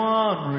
one